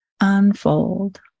unfold